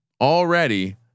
already